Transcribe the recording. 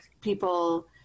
people